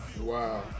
Wow